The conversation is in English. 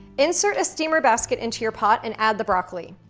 insert a steamer basket into your pot and add the broccoli.